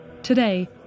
Today